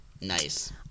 Nice